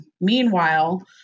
meanwhile